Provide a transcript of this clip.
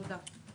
תודה.